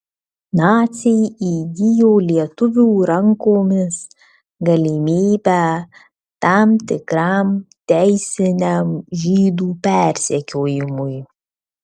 naciai įgijo lietuvių rankomis galimybę tam tikram teisiniam žydų persekiojimui